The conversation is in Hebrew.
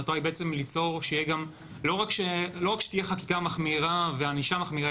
המטרה היא בעצם שלא רק שתהיה חקיקה מחמירה וענישה מחמירה,